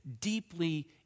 deeply